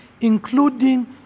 including